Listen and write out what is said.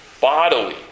bodily